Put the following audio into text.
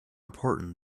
important